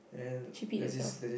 she peed herself